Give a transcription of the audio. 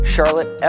Charlotte